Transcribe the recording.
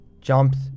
Jumps